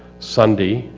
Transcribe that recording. sunday,